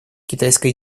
китайская